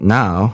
now